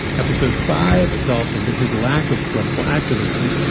episode five delves into his lack of political activism,